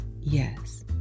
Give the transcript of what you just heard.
Yes